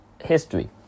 history